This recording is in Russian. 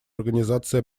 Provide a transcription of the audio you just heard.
организации